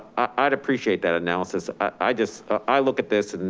i'd appreciate that analysis. i just, i look at this. and